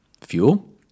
fuel